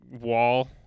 wall